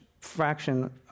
fraction